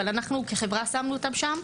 אבל אנחנו כחברה שמנו אות שם.